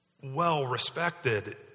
well-respected